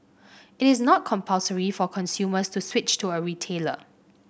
it is not compulsory for consumers to switch to a retailer